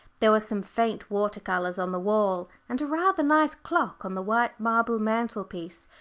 there were some faint water-colours on the wall, and a rather nice clock on the white marble mantelpiece,